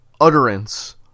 utterance